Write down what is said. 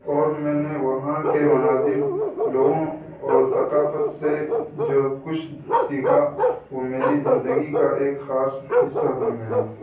اور میں نے وہاں کے مناظر لوگوں اور ثقافت سے جو کچھ سیکھا وہ میری زندگی کا ایک خاص حصہ بن گیا